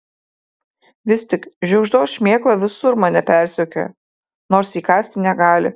vis tik žiugždos šmėkla visur mane persekioja nors įkąsti negali